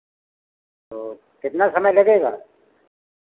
तो कितना समय लगेगा